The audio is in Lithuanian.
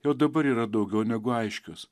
jau dabar yra daugiau negu aiškios